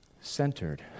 centered